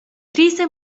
krise